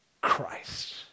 Christ